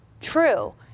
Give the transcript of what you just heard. true